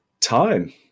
Time